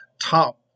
top